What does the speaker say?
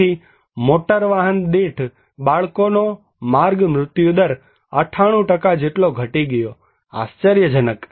તેથી મોટર વાહન દીઠ બાળકોનો માર્ગ મૃત્યુદર 98 જેટલો ઘટી ગયો છે આશ્ચર્યજનક